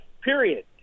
period